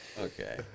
okay